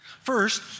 First